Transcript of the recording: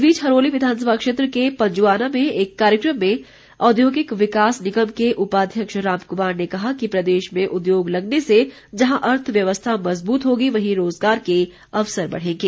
इस बीच हरोली विधानसभा क्षेत्र के पंजुआना में एक कार्यक्रम में औद्योगिक विकास निगम के उपाध्यक्ष राम कुमार ने कहा कि प्रदेश में उद्योग लगने से जहां अर्थव्यवस्था मज़बूत होगी वहीं रोज़गार के अवसर बढ़ेंगे